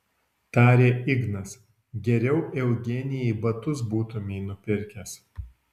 tarė ignas geriau eugenijai batus būtumei nupirkęs